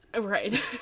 Right